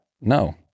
No